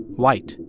white,